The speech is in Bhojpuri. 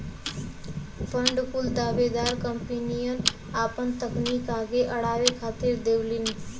फ़ंड कुल दावेदार कंपनियन आपन तकनीक आगे अड़ावे खातिर देवलीन